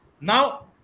now